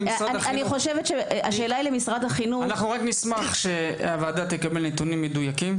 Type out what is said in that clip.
אנחנו נשמח שהוועדה תקבל נתונים מדויקים.